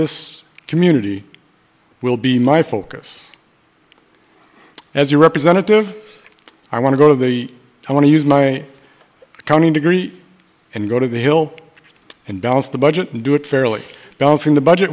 this community will be my focus as your representative i want to go to the i want to use my accounting degree and go to the hill and balance the budget and do it fairly balancing the budget